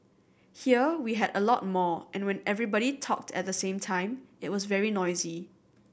here we had a lot more and when everybody talked at the same time it was very noisy